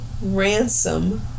Ransom